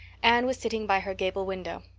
anne was sitting by her gable window.